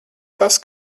tas